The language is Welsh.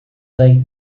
ddweud